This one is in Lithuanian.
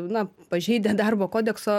na pažeidę darbo kodekso